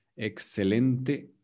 excelente